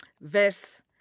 verse